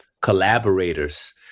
collaborators